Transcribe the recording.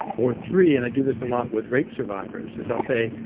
or three, and i do this a lot with rape survivors is i'll say,